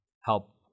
help